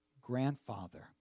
grandfather